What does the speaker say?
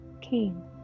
king